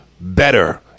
better